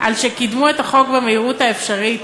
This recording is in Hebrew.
על שקידמו את החוק במהירות האפשרית,